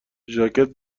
ژاکت